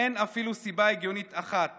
אין אפילו סיבה הגיונית אחת